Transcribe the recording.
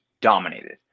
dominated